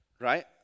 Right